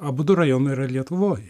abudu rajonai yra lietuvoj